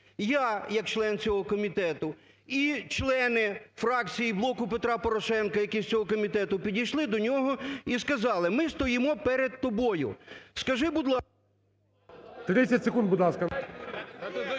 Я як член цього комітету і члени фракції "Блоку Петра Порошенка", які з цього комітету, підійшли до нього і сказали: "Ми стоїмо перед тобою. Скажи, будь ласка…"